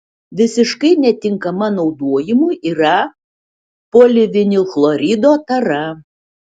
visiškai netinkama naudojimui yra polivinilchlorido tara